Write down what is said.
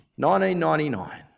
1999